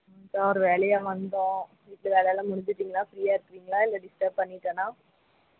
ம் இப்ப தான் ஒரு வேலையாக வந்தோம் வீட்டில் வேலையெல்லாம் முடிச்சிவிட்டீங்களா ஃப்ரீயாக இருக்குறீங்களா இல்லை டிஸ்டர்ப் பண்ணிவிட்டேனா